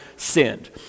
sinned